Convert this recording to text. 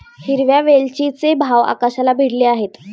हिरव्या वेलचीचे भाव आकाशाला भिडले आहेत